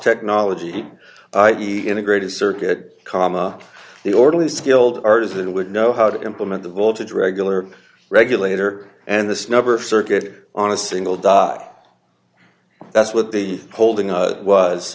technology to be integrated circuit comma the orderly skilled artisan would know how to implement the voltage regular regulator and this never circuit on a single die that's what the holding up was